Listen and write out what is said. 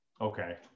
Okay